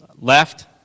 left